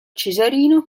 cesarino